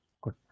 Good